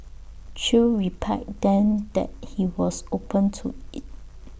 chew replied then that he was open to IT